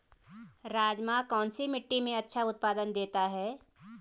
राजमा कौन सी मिट्टी में अच्छा उत्पादन देता है?